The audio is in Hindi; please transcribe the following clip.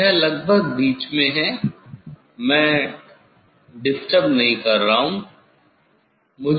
यह लगभग बीच में है मैं डिस्टर्ब नहीं कर रहा हूं संदर्भ समय 0409